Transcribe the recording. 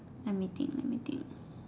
let me think let me think